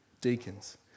deacons